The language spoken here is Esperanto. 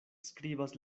skribas